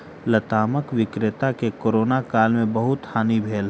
लतामक विक्रेता के कोरोना काल में बहुत हानि भेल